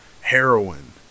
heroin